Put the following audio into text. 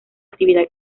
actividad